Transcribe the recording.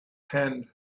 hand